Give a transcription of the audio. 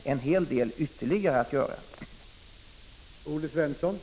Men det finns ytterligare en hel del att göra.